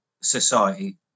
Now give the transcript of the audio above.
society